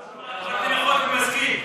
אתה לא שמעת.